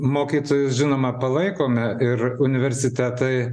mokytojus žinoma palaikome ir universitetai